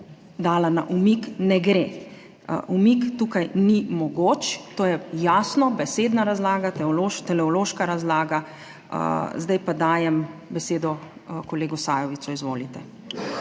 dala na umik ne gre, umik tukaj ni mogoč, to je jasno, besedna razlaga, teološka razlaga. Zdaj pa dajem besedo kolegu Sajovicu, izvolite.